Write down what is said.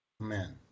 Amen